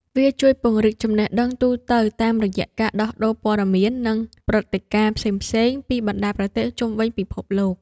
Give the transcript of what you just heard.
វាជួយពង្រីកចំណេះដឹងទូទៅតាមរយៈការដោះដូរព័ត៌មាន និងព្រឹត្តិការណ៍ផ្សេងៗពីបណ្ដាប្រទេសជុំវិញពិភពលោក។